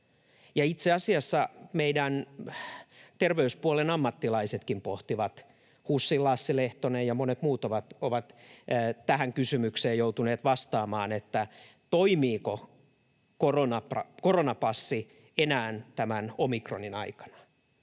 itse asiassa meidän terveyspuolen ammattilaisetkin pohtivat. HUSin Lasse Lehtonen ja monet muut ovat tähän kysymykseen joutuneet vastaamaan, toimiiko koronapassi enää omikronin aikana.